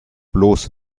bloß